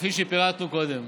כפי שפירטנו קודם,